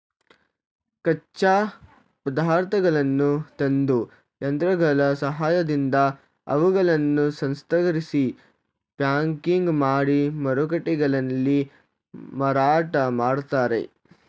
ಕಚ್ಚಾ ಪದಾರ್ಥಗಳನ್ನು ತಂದು, ಯಂತ್ರಗಳ ಸಹಾಯದಿಂದ ಅವುಗಳನ್ನು ಸಂಸ್ಕರಿಸಿ ಪ್ಯಾಕಿಂಗ್ ಮಾಡಿ ಮಾರುಕಟ್ಟೆಗಳಲ್ಲಿ ಮಾರಾಟ ಮಾಡ್ತರೆ